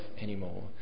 anymore